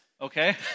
okay